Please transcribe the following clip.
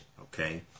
Okay